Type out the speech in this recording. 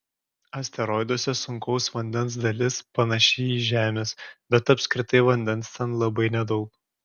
asteroiduose sunkaus vandens dalis panaši į žemės bet apskritai vandens ten labai nedaug